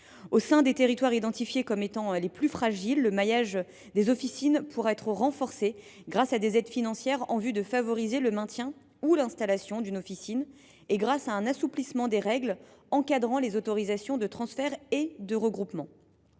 Au sein des territoires identifiés comme fragiles, le maillage des officines pourra être renforcé grâce à des aides financières en vue de favoriser le maintien ou l’installation d’une officine ou grâce à un assouplissement des règles encadrant les autorisations de transfert et de regroupement.